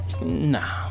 nah